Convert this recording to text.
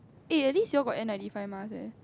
eh at least you got N ninety five mask eh